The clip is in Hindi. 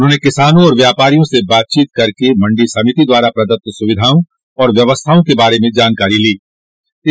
उन्होंने किसानों और व्यापारियों से बातचीत कर मडी समिति द्वारा प्रदत्त सुविधाओ और व्यवस्थाओं के बारे में जानकारी प्राप्त की